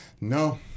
no